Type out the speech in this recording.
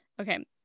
okay